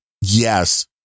Yes